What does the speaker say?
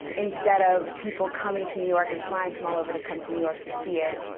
instead of people coming to new york, and flying from all over to come to new york to see it,